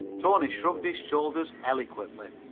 tony shrugged his shoulders eloquently.